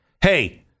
Hey